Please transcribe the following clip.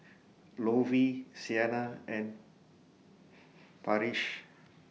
Lovey Siena and Parrish